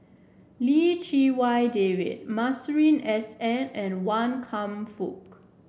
Lim Chee Wai David Masuri S N and Wan Kam Fook